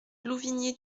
louvigné